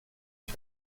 ich